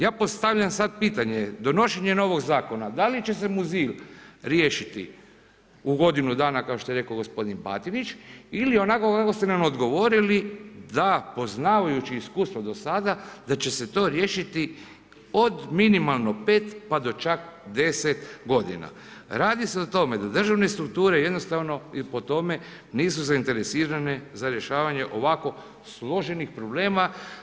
Ja postavljam sad pitanje, donošenje novog zakona, da li će se Muzil riješiti u godinu dana, kao što je rekao gospodin Batinić ili onako kako ste nam odgovorili, da poznavajući iskustva do sada, da će se to riješiti od minimalno 5 pa čak 10 g. Radi se o tome da državne strukture, jednostavno ili po tome, nisu zainteresirane za rješavanje, ovako složenih problema.